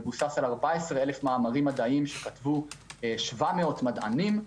מבוסס על 14,000 מאמרים מדעיים שכתבו 700 מדענים.